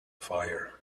fire